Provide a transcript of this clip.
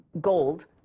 gold